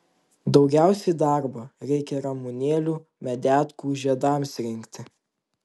daugiausiai darbo reikia ramunėlių medetkų žiedams rinkti